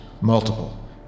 Multiple